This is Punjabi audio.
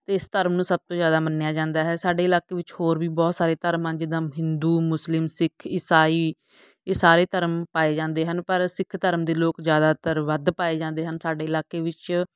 ਅਤੇ ਇਸ ਧਰਮ ਨੂੰ ਸਭ ਤੋਂ ਜ਼ਿਆਦਾ ਮੰਨਿਆ ਜਾਂਦਾ ਹੈ ਸਾਡੇ ਇਲਾਕੇ ਵਿੱਚ ਹੋਰ ਵੀ ਬਹੁਤ ਸਾਰੇ ਧਰਮਾਂ ਹਨ ਜਿੱਦਾਂ ਹਿੰਦੂ ਮੁਸਲਿਮ ਸਿੱਖ ਇਸਾਈ ਇਹ ਸਾਰੇ ਧਰਮ ਪਾਏ ਜਾਂਦੇ ਹਨ ਪਰ ਸਿੱਖ ਧਰਮ ਦੇ ਲੋਕ ਜ਼ਿਆਦਾਤਰ ਵੱਧ ਪਾਏ ਜਾਂਦੇ ਹਨ ਸਾਡੇ ਇਲਾਕੇ ਵਿੱਚ